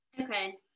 Okay